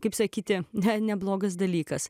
kaip sakyti ne neblogas dalykas